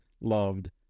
loved